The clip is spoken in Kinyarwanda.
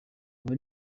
aba